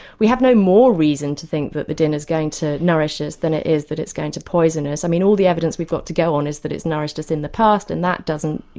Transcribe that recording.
we have no more reason to think that the dinner's going to nourish us than it is that it's going to poison us. i mean all the evidence we've got to go on is that it's nourished us in the past, and that doesn't